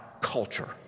culture